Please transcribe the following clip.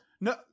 no